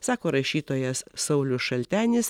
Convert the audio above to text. sako rašytojas saulius šaltenis